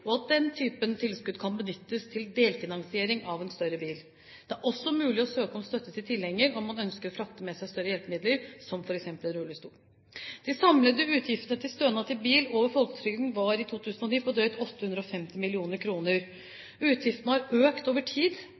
og at den typen tilskudd kan benyttes til delfinansiering av en større bil. Det er også mulig å søke om støtte til tilhenger om man ønsker å frakte med seg større hjelpemidler, som f.eks. en rullestol. De samlede utgiftene til stønad til bil over folketrygden var i 2009 på drøyt 850 mill. kr. Utgiftene har økt over tid.